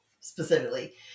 specifically